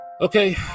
Okay